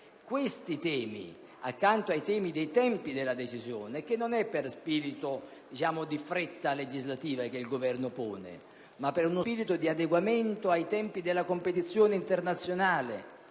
questi temi, si pone quello dei tempi della decisione, che non è per spirito di fretta legislativa che il Governo pone, ma per uno spirito di adeguamento ai tempi della competizione internazionale.